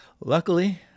luckily